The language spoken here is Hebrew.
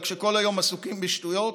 כשכל היום עסוקים בשטויות,